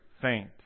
faint